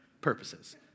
purposes